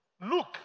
Look